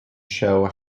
show